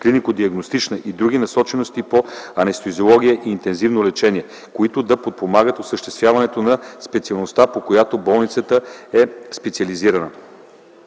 клинико-диагностична или друга насоченост и по анестезиология и интензивно лечение, които да подпомагат осъществяването на специалността, по която болницата е специализирана.